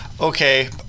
okay